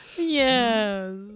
Yes